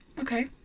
Okay